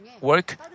work